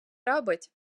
робить